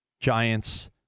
Giants